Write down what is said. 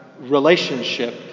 relationship